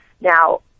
Now